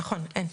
נכון, אין.